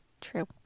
True